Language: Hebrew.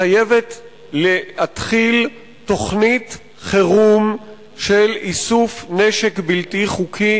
חייבת להתחיל תוכנית חירום של איסוף נשק בלתי חוקי,